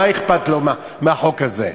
מה אכפת לו מהחוק הזה?